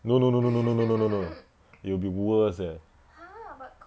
no no no no no no no no no no it will be worse eh